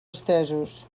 estesos